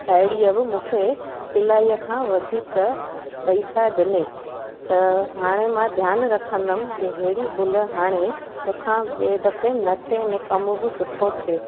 साहेड़ीअ बि मूंखे सिलाईअ खां वधीक पैसा ॾिनईं त हाणे मां ध्यानु रखंदमि की अहिड़ी भुल हाणे मूंखां ॿिए दफ़े न थिए अने कमु बि सुठो थिए